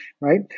right